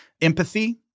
empathy